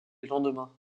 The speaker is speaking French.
lendemain